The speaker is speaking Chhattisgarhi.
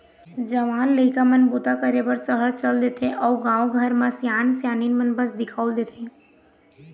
जवान लइका मन बूता करे बर सहर चल देथे अउ गाँव घर म सियान सियनहिन मन बस दिखउल देथे